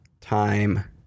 Time